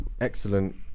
excellent